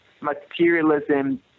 materialism